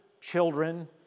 children